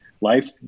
life